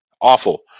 Awful